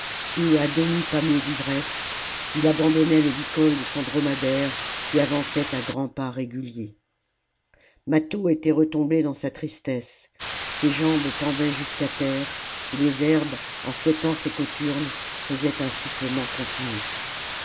et à demi pâmé d'ivresse il abandonnait le licol de son dromadaire qui avançait à grands pas réguliers mâtho était retombé dans sa tristesse ses jambes pendaient jusqu'à terre et les herbes en fouettant ses cothurnes faisaient un sifflement continu